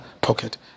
pocket